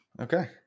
Okay